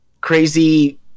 crazy